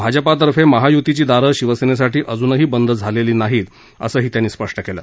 भाजपातर्फे महायुतीची दारं शिवसेनेसाठी अजूनही बंद झालेली नाहीत असं त्यांनी स्पष्ट केलं